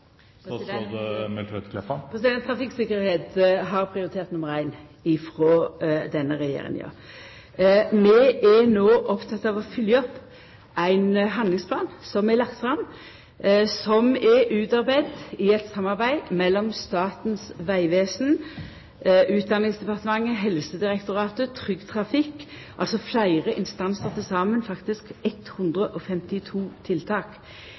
har prioritet nummer ein frå denne regjeringa si side. Vi er no opptekne av å følgja opp ein handlingsplan som er lagd fram, som er utarbeidd i eit samarbeid mellom Statens vegvesen, Utdanningsdepartementet, Helsedirektoratet og Trygg Trafikk – altså fleire instansar – med til saman 152 tiltak.